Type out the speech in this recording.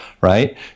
right